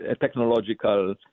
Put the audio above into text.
technological